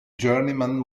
journeyman